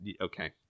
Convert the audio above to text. okay